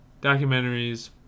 Documentaries